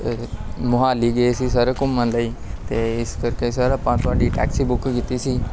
ਮੋਹਾਲੀ ਗਏ ਸੀ ਸਰ ਘੁੰਮਣ ਲਈ ਅਤੇ ਇਸ ਕਰਕੇ ਸਰ ਆਪਾਂ ਤੁਹਾਡੀ ਟੈਕਸੀ ਬੁੱਕ ਕੀਤੀ ਸੀ